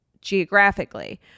geographically